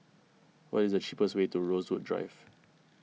what is the cheapest way to Rosewood Drive